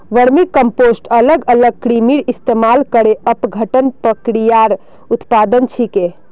vermicompost अलग अलग कृमिर इस्तमाल करे अपघटन प्रक्रियार उत्पाद छिके